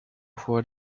voor